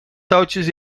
touwtjes